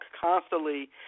constantly